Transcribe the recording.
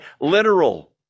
Literal